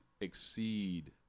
exceed